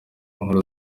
nkuru